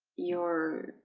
your